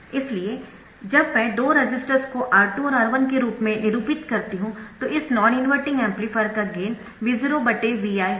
इसलिए जब मैं दो रेसिस्टर्स को R2 और R1 के रूप में निरूपित करती हूं तो इस नॉन इनवर्टिंग एम्पलीफायर का गेन V0 Vi है